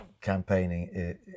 campaigning